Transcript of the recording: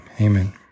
Amen